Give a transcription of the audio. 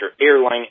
Airline